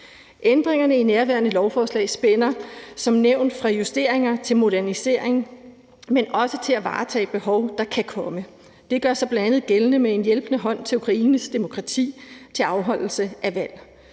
Ændringerne i nærværende lovforslag spænder som nævnt fra justering til modernisering, men også til at varetage nogle behov, der kan komme. Det gør sig bl.a. gældende med en hjælpende hånd til Ukraines demokrati til afholdelse af valg.